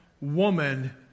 woman